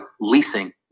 Leasing